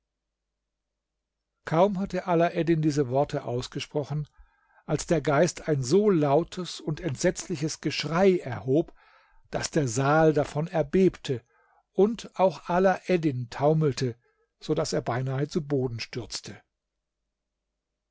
kaum hatte alaeddin diese worte ausgesprochen als der geist ein so lautes und entsetzliches geschrei erhob daß der saal davon erbebte und auch alaeddin taumelte so daß er beinahe zu boden stürzte